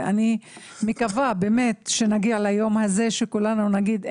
ואני מקווה באמת שנגיע ליום הזה שכולנו נגיד,